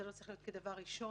זה לא צריך להיות כדבר ראשון.